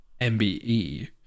MBE